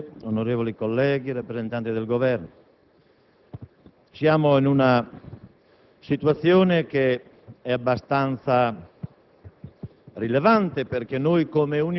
Signor Presidente, onorevoli colleghi, rappresentanti del Governo, siamo in una situazione che è abbastanza